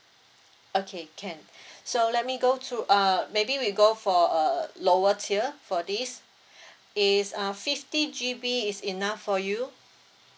okay can so let me go to uh maybe we go for a lower tier for this is uh fifty G_B is enough for you